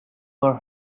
for